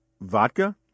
vodka